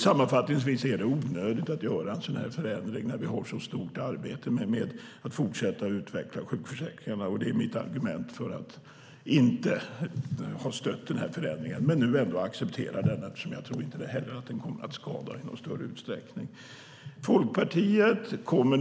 Sammanfattningsvis: Det är onödigt att göra en sådan här förändring när vi har ett så stort arbete med att fortsätta att utveckla sjukförsäkringen. Det är mitt argument för att inte ha stött den föreslagna förändringen. Ändå accepterar jag den eftersom jag inte tror att den i någon större utsträckning kommer att skada.